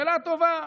שאלה טובה: